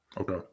Okay